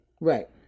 right